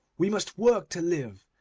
we must work to live,